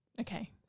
Okay